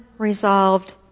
Resolved